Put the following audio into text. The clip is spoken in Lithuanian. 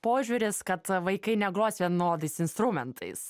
požiūris kad vaikai negros vienodais instrumentais